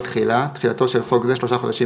תחילה 4. תחילתו של חוק זה שלושה חודשים